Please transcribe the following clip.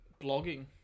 blogging